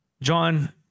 John